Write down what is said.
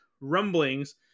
rumblings